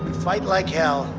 fight like hell.